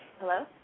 Hello